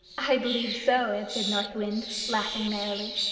i believe so! answered north wind laughing merrily.